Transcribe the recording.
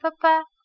papa